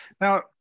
now